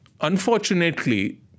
unfortunately